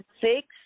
six